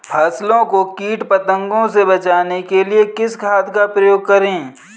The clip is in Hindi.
फसलों को कीट पतंगों से बचाने के लिए किस खाद का प्रयोग करें?